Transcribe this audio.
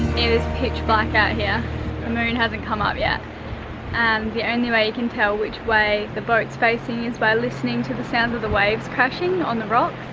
is pitch black out here. the moon hasn't come up yet and the only way you can tell which way the boat's facing is by listening to the sounds of the waves crashing on the rocks.